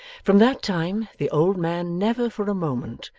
from that time, the old man never, for a moment,